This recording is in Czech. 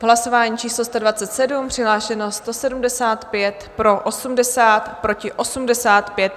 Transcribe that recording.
Hlasování číslo 127, přihlášeno 175, pro 80, proti 85.